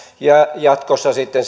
ja jatkossa sitten